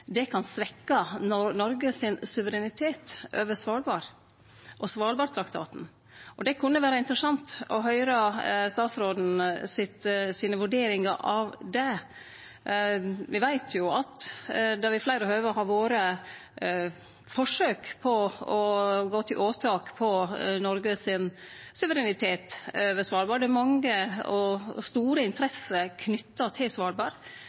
det kan svekkje Noregs suverenitet over Svalbard og Svalbardtraktaten. Det kunne vere interessant å høyre statsråden si vurdering av det. Me veit jo at det ved fleire høve har vore forsøk på å gå til åtak på Noregs suverenitet på Svalbard. Det er mange og store interesser knytt til Svalbard.